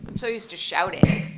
and so used to shouting.